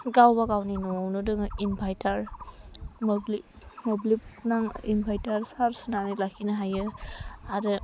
गावबा गावनि न'आवनो दङ इनभार्टार मोब्लिब मोब्लिब नाङि इनभार्टार सार्ज होनानै लाखिनो हायो आरो